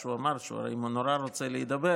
שהוא אמר שאם הוא נורא רוצה להידבר,